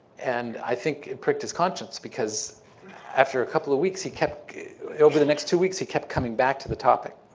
and i think it pricked his conscience because after a couple of weeks, he kept over the next two weeks, he kept coming back to the topic.